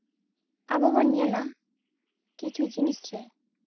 ᱟᱵᱚ ᱵᱚᱱ ᱧᱮᱞᱟ ᱠᱤᱪᱷᱩ ᱡᱤᱱᱤᱥ ᱨᱮ